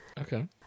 Okay